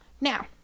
Now